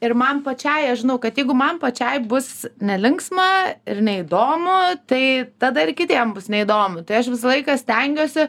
ir man pačiai aš žinau kad jeigu man pačiai bus nelinksma ir neįdomu tai tada ir kitiem bus neįdomu tai aš visą laiką stengiuosi